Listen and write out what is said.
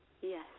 Yes